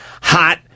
hot